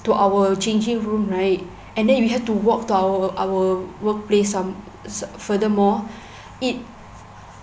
to our changing room right and then you have to walk to our our workplace some furthermore it